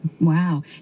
Wow